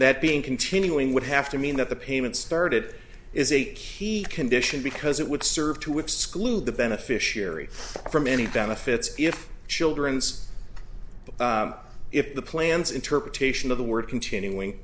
that being continuing would have to mean that the payment started is a key condition because it would serve to exclude the beneficiary from any benefits if children's if the plans interpretation of the word continuing